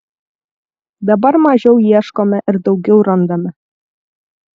dabar mažiau ieškome ir daugiau randame